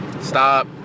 stop